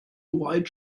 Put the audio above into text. white